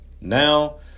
Now